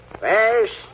First